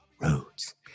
roads